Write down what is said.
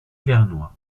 vernois